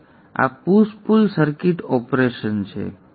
હવે આ push pull circuit operation છે